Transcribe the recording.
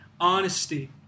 honesty